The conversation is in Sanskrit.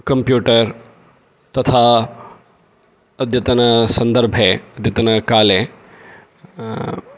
कम्प्यूटर् तथा अद्यतनसन्दर्भे अद्यतनकाले